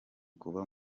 kuba